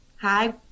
hi